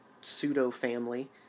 pseudo-family